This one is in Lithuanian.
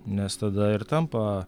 nes tada ir tampa